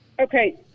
Okay